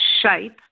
shape